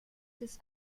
des